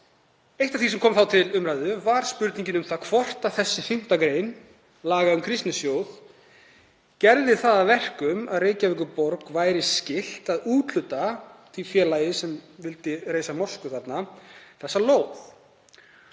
Eitt af því sem kom þá til umræðu var spurningin um hvort 5. gr. laga um Kristnisjóð gerði það að verkum að Reykjavíkurborg væri skylt að úthluta því félagi sem vildi reisa moskuna þessari lóð,